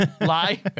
Lie